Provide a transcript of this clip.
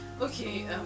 Okay